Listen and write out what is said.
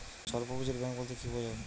স্বল্প পুঁজির ব্যাঙ্ক বলতে কি বোঝায়?